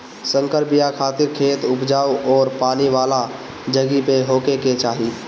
संकर बिया खातिर खेत उपजाऊ अउरी पानी वाला जगही पे होखे के चाही